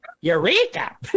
Eureka